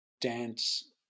dance